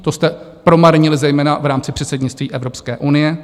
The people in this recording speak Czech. To jste promarnili zejména v rámci předsednictví Evropské unii.